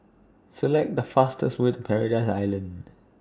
Select The fastest Way to Paradise Island